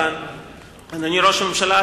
אדוני ראש הממשלה,